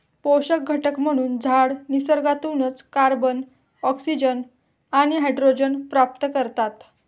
पोषक घटक म्हणून झाडं निसर्गातूनच कार्बन, ऑक्सिजन आणि हायड्रोजन प्राप्त करतात